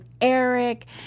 Eric